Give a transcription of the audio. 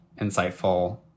insightful